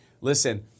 Listen